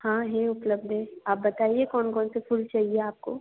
हाँ है उपलब्ध है आप बताइए कौन कौन से फूल चाहिए आपको